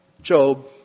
Job